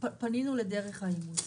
פנינו לדרך האימוץ.